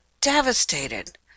devastated